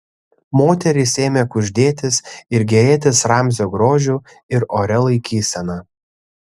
moterys ėmė kuždėtis ir gėrėtis ramzio grožiu ir oria laikysena